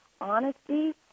honesty